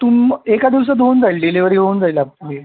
तुम्हाला एका दिवसात होऊन जाईल डिलिवरी होऊन जाईल आपली